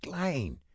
Lane